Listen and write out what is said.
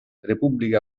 repubblica